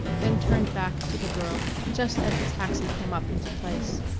then turned back to the girl just as the taxi came up into place.